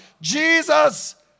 Jesus